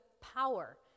power